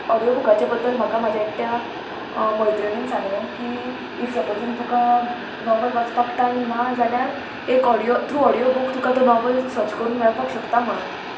audio बुकाच्या बद्दल म्हाका म्हाज्या एकट्या मैत्रिणीन सांगलें की इफ सपोजींग तुका नॉव्हल वाचपाक टायम ना जाल्यार एक ऑडियो थ्रू ऑडियो बूक तुका तो नॉवल सर्च करून मेळपाक शकता म्हणून